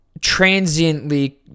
transiently